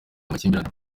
amakimbirane